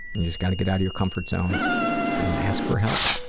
you just gotta get out of your comfort zone and ask for help.